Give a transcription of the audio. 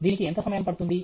దీనికి ఎంత సమయం పడుతుంది